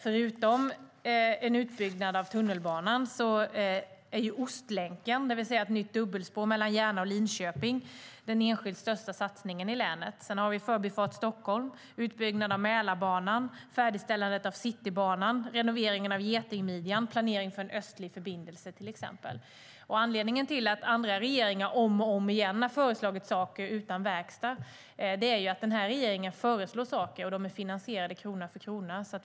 Förutom en utbyggnad av tunnelbanan är Ostlänken, det vill säga ett nytt dubbelspår mellan Järna och Linköping, den enskilt största satsningen i länet. Vi har också Förbifart Stockholm, utbyggnad av Mälarbanan, färdigställandet av Citybanan, renoveringen av getingmidjan och planeringen för en östlig förbindelse. Andra regeringar har om och om igen föreslagit saker utan att åstadkomma något medan den här regeringen föreslår saker som också är finansierade krona för krona.